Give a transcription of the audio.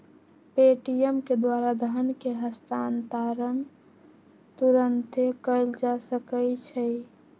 Paytm के द्वारा धन के हस्तांतरण तुरन्ते कएल जा सकैछइ